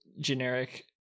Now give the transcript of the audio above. generic